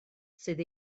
sydd